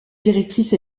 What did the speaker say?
directrice